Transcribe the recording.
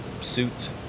suits